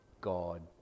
God